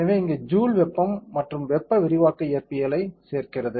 எனவே இங்கே ஜூல் வெப்பம் மற்றும் வெப்ப விரிவாக்க இயற்பியலைச் சேர்க்கிறது